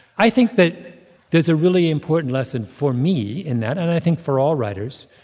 i think that there's a really important lesson for me in that and, i think, for all writers,